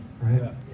right